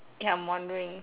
ya I'm wondering